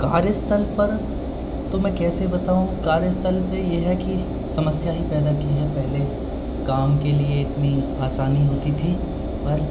कार्य स्थल पर तो मैं कैसे बताऊँ कार्य स्थल पे ये है कि समस्या ही पैदा की है पहले काम के लिए इतनी आसानी होती थी पर